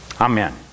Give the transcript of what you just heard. Amen